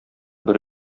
бер